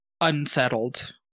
unsettled